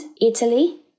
Italy